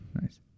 Nice